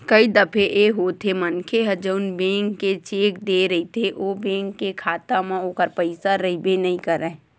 कई दफे ए होथे मनखे ह जउन बेंक के चेक देय रहिथे ओ बेंक के खाता म ओखर पइसा रहिबे नइ करय